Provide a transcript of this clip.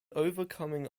overcoming